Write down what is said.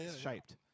shaped